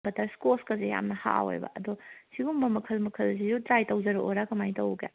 butter ꯏꯁꯀꯣꯁꯀꯁꯦ ꯌꯥꯝꯅ ꯍꯥꯎꯋꯦꯕ ꯑꯗꯣ ꯁꯤꯒꯨꯝꯕ ꯃꯈꯜ ꯃꯈꯜꯁꯤꯁꯨ ꯇ꯭ꯔꯥꯏ ꯇꯧꯖꯔꯛꯑꯣꯔꯥ ꯀꯃꯥꯏꯅ ꯇꯧꯋꯣꯒꯦ